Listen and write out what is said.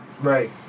Right